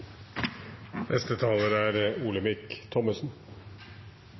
Neste taler er